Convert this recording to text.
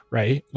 right